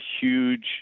huge